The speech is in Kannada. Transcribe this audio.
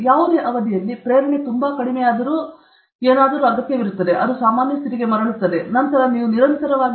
ಆ ಅವಧಿಯಲ್ಲಿ ಪ್ರೇರಣೆ ತುಂಬಾ ಕಡಿಮೆಯಾದರೂ ಏನಾದರೂ ಅಗತ್ಯವಿರುತ್ತದೆ ಆದ್ದರಿಂದ ಅದು ಸಾಮಾನ್ಯ ಸ್ಥಿತಿಗೆ ಮರಳುತ್ತದೆ ಮತ್ತು ನಂತರ ನೀವು ನಿರಂತರವಾಗಿ ಪ್ರೇರೇಪಿಸಬೇಕಾದ ಕಾರಣ ನೀವು ಪಡೆಯಬೇಕಾಗಿದೆ